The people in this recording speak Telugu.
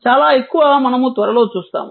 చాలా ఎక్కువ మనము త్వరలో చూస్తాము